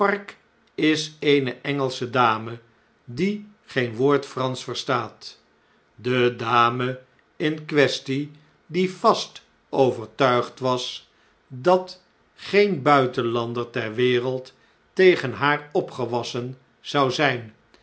is eene engelsche dame die geen woord fransch verstaat de dame in quaestie die vast overtuigd was de schaduw dat geen buitenlander ter wereld tegen haar opgewassen zou zijn